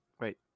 Wait